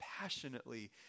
passionately